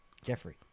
Jeffrey